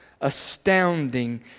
astounding